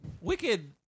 Wicked